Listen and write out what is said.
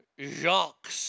Jacques